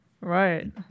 Right